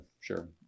sure